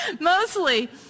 mostly